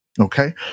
Okay